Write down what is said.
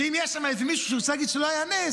שאם יהיה שם מישהו שירצה להגיד שלא היה נס,